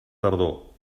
tardor